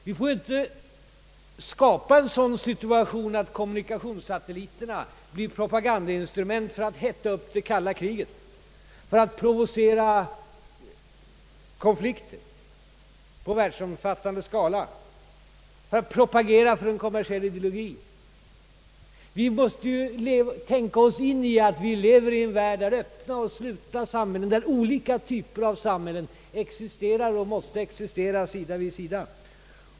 Vi får inte skapa en sådan situation att kommunikationssatelliterna blir propagandainstrument för att hetta upp det kalla kriget, provocera konflikter i världsomfattande skala eller kommersiell och ideologisk propaganda. Vi måste tänka oss in i att vi lever i en värld, där olika typer av samhällen existerar och måste existera sida vid sida.